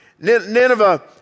Nineveh